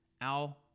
Al